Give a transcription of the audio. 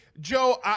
Joe